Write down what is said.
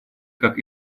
как